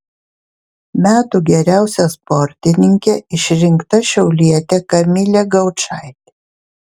metų geriausia sportininke išrinkta šiaulietė kamilė gaučaitė